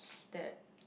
that